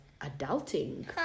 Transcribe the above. adulting